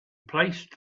placed